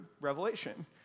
Revelation